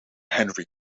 henry